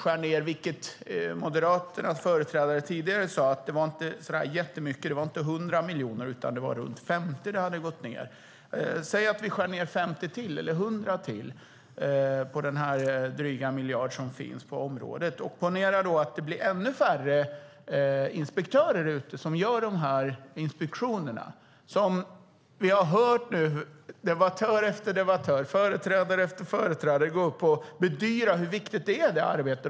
Moderaternas företrädare sade tidigare att det inte var så mycket. Det var inte fråga om 100 miljoner utan om 50 miljoner som hade skurits ned. Säg att vi skär ned 50 eller 100 till på den dryga miljard som finns på området. Ponera då att det blir ännu färre inspektörer som gör dessa inspektioner. Vi har hört debattör efter debattör, företrädare efter företrädare, bedyra hur viktigt inspektörernas arbete är.